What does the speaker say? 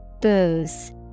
booze